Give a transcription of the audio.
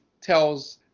tells